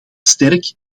sterk